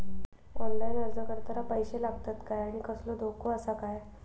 Online अर्ज करताना पैशे लागतत काय आनी कसलो धोको आसा काय?